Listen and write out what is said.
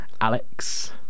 Alex